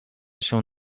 się